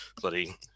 bloody